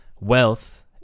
wealth